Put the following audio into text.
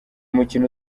mukino